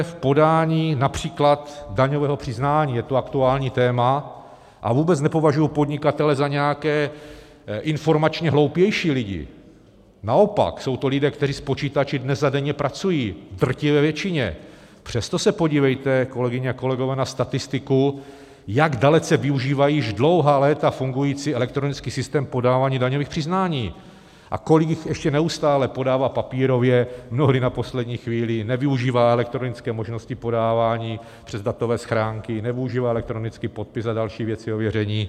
Digitalizace v podání například daňového přiznání, je to aktuální téma a vůbec nepovažuji podnikatele za nějaké informačně hloupější lidi, naopak, jsou to lidé, kteří s počítači dnes a denně pracují, v drtivé většině, přesto se podívejte, kolegyně a kolegové, na statistiku, jak dalece využívají již dlouhá léta fungující elektronický systém podávání daňových přiznání a kolik jich ještě neustále podává papírově, mnohdy na poslední chvíli, nevyužívá elektronické možnosti podávání přes datové schránky, nevyužívá elektronický podpis a další věci, ověření.